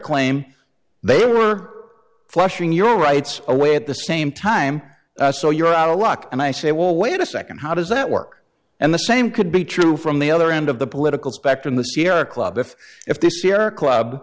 claim they were flushing your rights away at the same time so you're out of luck and i say well wait a second how does that work and the same could be true from the other end of the political spectrum the sierra club if if this year club